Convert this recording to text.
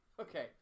Okay